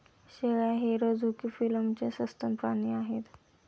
शेळ्या हे रझुकी फिलमचे सस्तन प्राणी आहेत